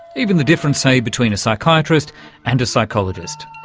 even the difference, say, between a psychiatrist and a psychologist.